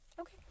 Okay